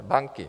Banky.